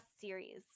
series